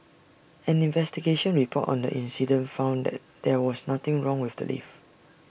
an investigation report on the incident found that there was nothing wrong with the lift